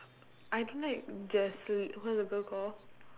I don't like Jasl~ what's the girl call